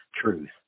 truth